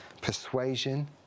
Persuasion